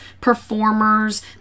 performers